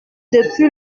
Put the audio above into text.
depuis